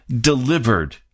delivered